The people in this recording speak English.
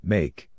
Make